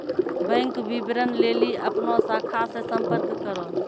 bank विबरण लेली अपनो शाखा से संपर्क करो